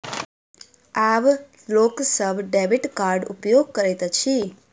आब लोक सभ डेबिट कार्डक उपयोग करैत अछि